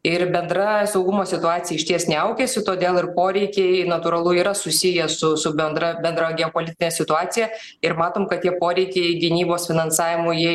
ir bendra saugumo situacija išties niaukiasi todėl ir poreikiai natūralu yra susiję su su bendra bendra geopolitine situacija ir matom kad tie poreikiai gynybos finansavimo jie